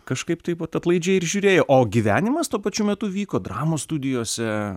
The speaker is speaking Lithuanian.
kažkaip taip vat atlaidžiai ir žiūrėjo o gyvenimas tuo pačiu metu vyko dramos studijose